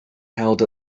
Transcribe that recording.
held